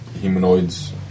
humanoids